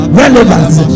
relevance